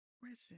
present